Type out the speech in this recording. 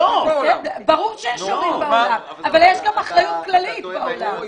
ברור שיש הורים בעולם אבל יש גם אחריות כללית בעולם.